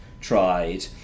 tried